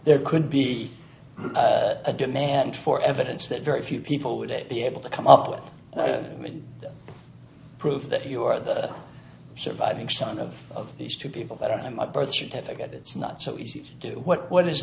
there could be a demand for evidence that very few people would it be able to come up with proof that you are the surviving son of these two people that are on my birth certificate it's not so easy to do what